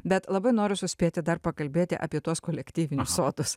bet labai noriu suspėti dar pakalbėti apie tuos kolektyvinius sodus